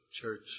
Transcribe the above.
church